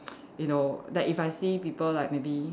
you know like if I see people like maybe